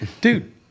Dude